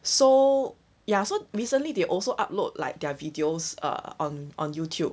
so ya so recently they also upload like their videos uh on on youtube